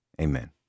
Amen